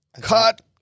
Cut